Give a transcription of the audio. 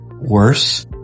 worse